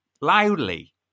loudly